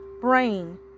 brain